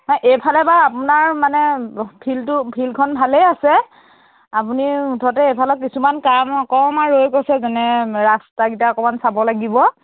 অঁ এইফালে বাৰু আপোনাৰ মানে ফিল্ডটো ফিল্ডখন ভালেই আছে আপুনি মুঠতে এইফালৰ কিছুমান কাম অকণমান ৰৈ গৈছে যেনে ৰাস্তাকেইটা অকণমান চাব লাগিব